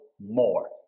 more